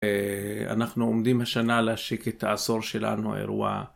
אנחנו עומדים השנה להשיק את העשור שלנו, אירוע.